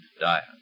diet